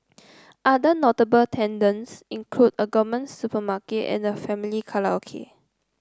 other notable tenants include a gourmet supermarket and family karaoke